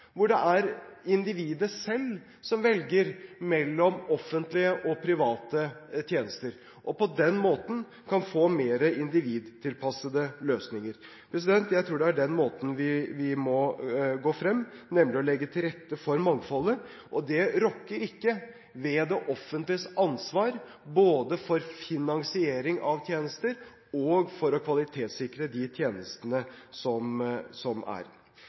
hvor det er individet selv som velger mellom offentlige og private tjenester, og på den måten kan få mer individtilpassede løsninger. Jeg tror det er på den måten vi må gå frem, nemlig å legge til rette for mangfoldet. Det rokker ikke ved det offentliges ansvar, både for finansering av tjenester og for å kvalitetssikre de tjenestene som er.